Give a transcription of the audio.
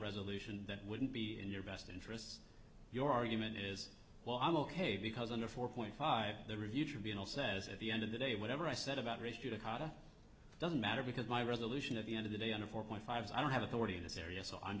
resolution that wouldn't be in your best interests your argument is well i'm ok because under four point five the review tribunal says at the end of the day whatever i said about race judicata doesn't matter because my resolution at the end of the day on a four point five i don't have authority in this area so i'm